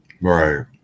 Right